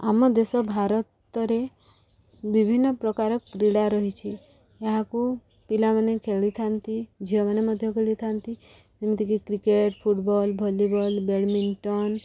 ଆମ ଦେଶ ଭାରତରେ ବିଭିନ୍ନ ପ୍ରକାର କ୍ରୀଡ଼ା ରହିଛି ଏହାକୁ ପିଲାମାନେ ଖେଳିଥାନ୍ତି ଝିଅମାନେ ମଧ୍ୟ ଖେଳିଥାନ୍ତି ଯେମିତିକି କ୍ରିକେଟ୍ ଫୁଟବଲ୍ ଭଲିବଲ୍ ବ୍ୟାଡ଼ମିଣ୍ଟନ୍